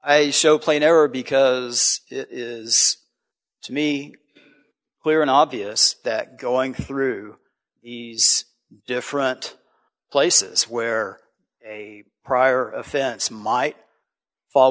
i show plain error because it is to me clear and obvious that going through ease different places where a prior offense might fall